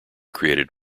created